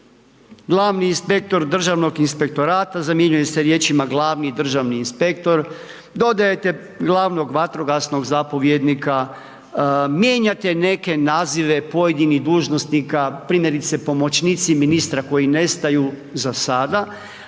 glavni inspektor državnog inspektorata zamjenjuje se riječima glavni državni inspektor, dodajete glavnog vatrogasnog zapovjednika, mijenjate neke nazive pojedinih dužnosnika, primjerice pomoćnici ministra koji nestaju za sata.